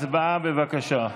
הצבעה, בבקשה.